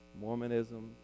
mormonism